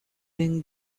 been